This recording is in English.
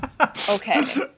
Okay